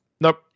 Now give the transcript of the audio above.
Nope